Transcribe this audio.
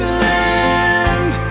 land